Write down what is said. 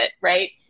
right